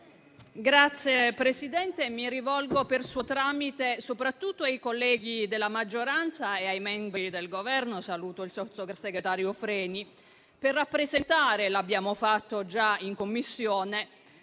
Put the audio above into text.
Signor Presidente, mi rivolgo per suo tramite soprattutto ai colleghi della maggioranza e ai membri del Governo - saluto il sottosegretario Freni - per rappresentare - come abbiamo già fatto in Commissione